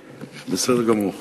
הוא לא אוכל גבינת "קוטג'" ממילא.